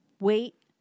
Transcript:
wait